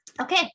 Okay